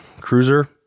cruiser